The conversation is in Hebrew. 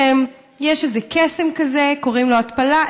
יש איזה קסם כזה שקוראים לו התפלה,